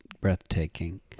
breathtaking